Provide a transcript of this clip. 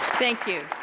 thank you,